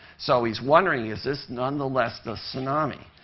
so he's wondering, is this nonetheless the tsunami.